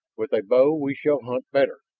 with a bow we shall hunt better.